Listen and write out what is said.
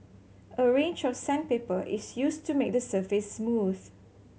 a range of sandpaper is used to make the surface smooth